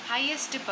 Highest